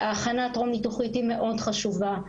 ההכנה הטרום ניתוחית היא מאוד חשובה.